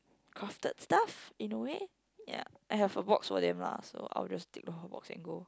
crafted stuff in a way ya I have a box for them lah so I will just take the whole box and go